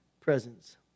presence